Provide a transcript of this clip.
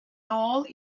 nôl